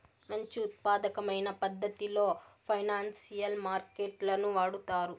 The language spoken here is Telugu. మంచి ఉత్పాదకమైన పద్ధతిలో ఫైనాన్సియల్ మార్కెట్ లను వాడుతారు